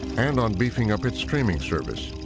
and on beefing up its streaming service,